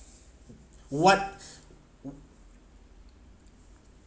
what